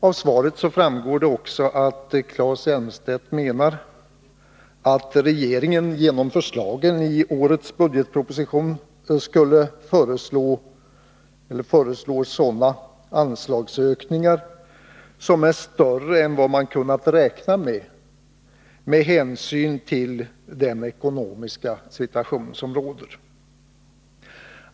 Av svaret framgår också att Claes Elmstedt menar att regeringen i årets budgetproposition föreslår anslagsökningar som är större än vad man kunnat räkna med med hänsyn till den ekonomiska situation som råder.